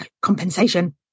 compensation